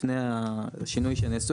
לפני השינוי שנעשו,